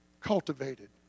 cultivated